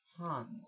Hans